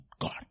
God